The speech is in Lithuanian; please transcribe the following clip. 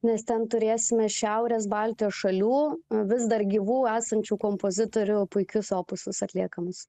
nes ten turėsime šiaurės baltijos šalių vis dar gyvų esančių kompozitorių puikius opusus atliekamus